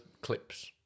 clips